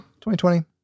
2020